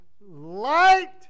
light